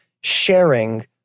sharing